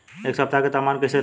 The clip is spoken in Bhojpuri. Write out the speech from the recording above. एह सप्ताह के तापमान कईसन रही?